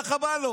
ככה בא לו.